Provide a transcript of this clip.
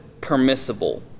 permissible